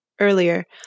earlier